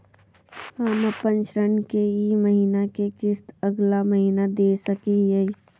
हम अपन ऋण के ई महीना के किस्त अगला महीना दे सकी हियई?